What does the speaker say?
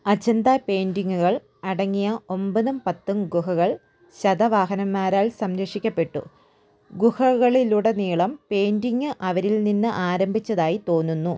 അജന്ത പെയിൻറിഗുകൾ അടങ്ങിയ ഒമ്പതും പത്തും ഗുഹകൾ ശതവാഹനന്മാരാൽ സംരക്ഷിക്കപ്പെട്ടു ഗുഹകളിലുടനീളം പെയിൻറിഗ് അവരിൽ നിന്ന് ആരംഭിച്ചതായി തോന്നുന്നു